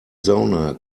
sauna